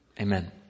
Amen